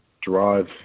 drive